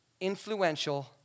influential